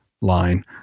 line